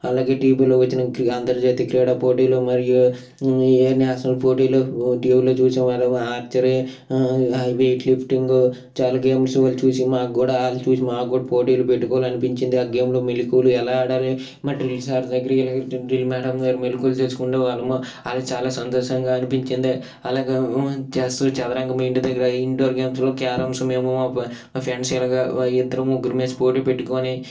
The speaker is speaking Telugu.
అలాగే టీవీలో వచ్చిన అంతర్జాతీయ క్రీడాపోటీలు మరియు నేషనల్ పోటీలు టీవీలో చూసేవాళ్ళము వెయిట్ లిఫ్టింగు చాలా గేమ్స్ వాళ్ళు చూసి మాకు కూడా వాళ్ళు చూసి మాకు కూడా పోటీలు పెట్టుకోవాలి అనిపించింది ఆ గేమ్లో మెలకువలు ఎలా ఆడాలి మా డ్రిల్ సార్ దగ్గర డ్రిల్ మేడం గారి దగ్గర మెలకువలు తెలుసుకునే వాళ్ళము అలా చాలా సంతోషంగా అనిపించింది అలాగా చెస్సు చదరంగము ఇంటి దగ్గర ఇండోర్ గేమ్స్లు క్యారమ్స్ మేము మా ఫ్రెండ్స్ ఇలాగ ఇద్దరం ముగ్గురం వేసి పోటీ పెట్టుకుని